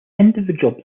individual